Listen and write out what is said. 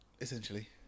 essentially